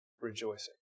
rejoicing